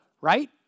right